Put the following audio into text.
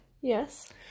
Yes